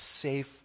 safe